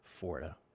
Forda